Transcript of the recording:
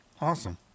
Awesome